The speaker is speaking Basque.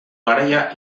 garaia